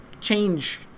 change